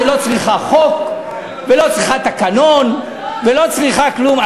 שלא צריכה חוק ולא צריכה תקנון ולא צריכה כלום,